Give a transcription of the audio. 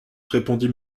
répondit